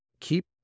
Keep